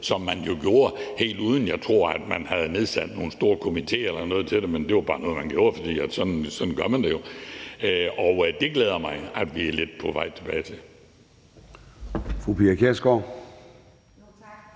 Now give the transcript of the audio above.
jeg, man jo gjorde, helt uden at man havde nedsat nogle store komitéer eller noget til det. Det var bare noget, man gjorde, for sådan gør man det jo. Og det glæder mig, at vi er lidt på vej tilbage til